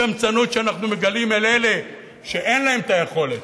הקמצנות שאנחנו מגלים אל אלה שאין להם את היכולת,